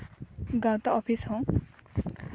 ᱜᱟᱶᱛᱟ ᱚᱯᱷᱤᱥ ᱦᱚᱸ